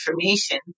information